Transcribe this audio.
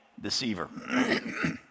deceiver